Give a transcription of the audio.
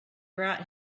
brought